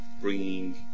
bringing